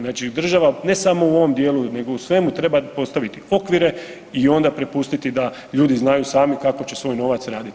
Znači država ne samo u ovom dijelu nego u svemu treba postaviti okvire i onda prepustiti da ljudi znaju sami kako će svoj novac raditi.